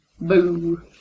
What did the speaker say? Boo